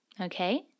okay